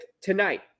tonight